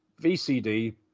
VCD